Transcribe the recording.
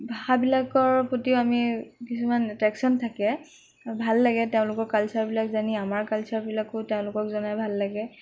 ভাষাবিলাকৰ প্ৰতিও আমি কিছুমান এট্ৰেকচন থাকে আৰু ভাল লাগে তেওঁলোকৰ কালচাৰবিলাক জানি আমাৰ কালচাৰবিলাকো তেওঁলোকক জনাই ভাল লাগে